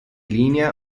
linea